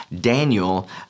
Daniel